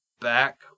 back